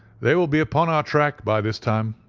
they will be upon our track by this time,